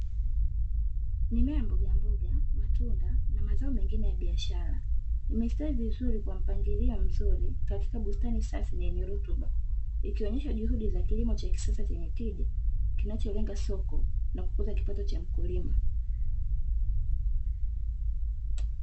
Mimea ya mbogamboga, matunda, na mazao mengine ya biashara, yamesitawi vizuri kwa mpangilio mzuri katika bustani safi na yenye rutuba, ikionyesha juhudi za kilimo cha kisasa chenye tija, kinacholenga soko na kukuza kipato cha mkulima.